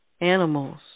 animals